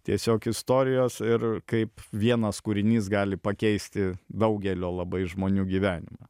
tiesiog istorijos ir kaip vienas kūrinys gali pakeisti daugelio labai žmonių gyvenimą